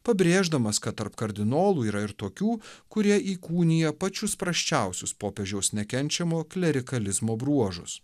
pabrėždamas kad tarp kardinolų yra ir tokių kurie įkūnija pačius prasčiausius popiežiaus nekenčiamo klerikalizmo bruožus